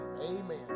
amen